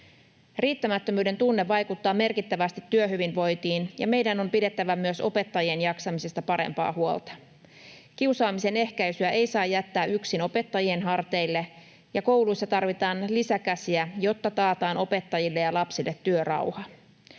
Riittämättömyyden tunne vaikuttaa merkittävästi työhyvinvointiin, ja meidän on pidettävä myös opettajien jaksamisesta parempaa huolta. Kiusaamisen ehkäisyä ei saa jättää yksin opettajien harteille, ja kouluissa tarvitaan lisäkäsiä, jotta taataan opettajille ja lapsille työrauha.